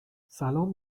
سلام